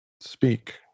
speak